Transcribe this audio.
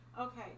Okay